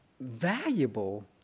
valuable